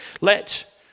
Let